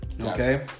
Okay